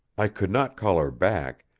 i could not call her back,